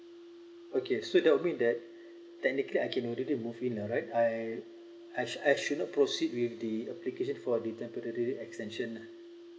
okay so that would mean that technically I can already move in lah right I I should I should now proceed with the application for the temporary extension lah